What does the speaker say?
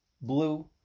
blue